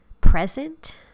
present